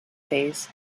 phase